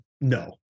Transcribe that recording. No